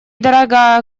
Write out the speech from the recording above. дорогая